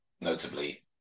notably